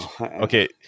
okay